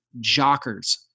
JOCKERS